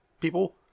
people